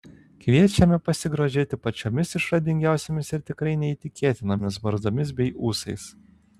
kviečiame pasigrožėti pačiomis išradingiausiomis ir tikrai neįtikėtinomis barzdomis bei ūsais